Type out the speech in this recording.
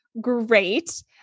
great